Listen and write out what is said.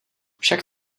však